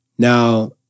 Now